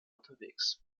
unterwegs